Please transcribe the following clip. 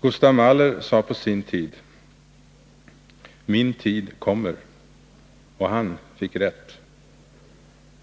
Gustav Mahler sa på sin tid: ”Min tid kommer.” Och han fick rätt.